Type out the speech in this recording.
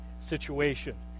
situation